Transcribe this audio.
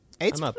Eight